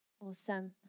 Awesome